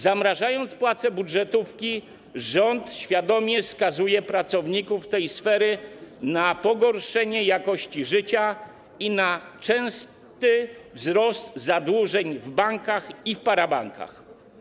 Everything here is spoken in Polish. Zamrażając płace budżetówki, rząd świadomie skazuje pracowników tej sfery na pogorszenie jakości życia i wpływa na częsty wzrost zadłużeń w bankach i parabankach.